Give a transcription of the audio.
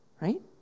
Right